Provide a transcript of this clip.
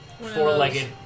four-legged